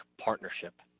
partnership